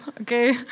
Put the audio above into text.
okay